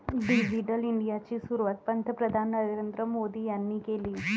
digital इंडियाची सुरुवात पंतप्रधान नरेंद्र मोदी यांनी केली